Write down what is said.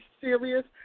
serious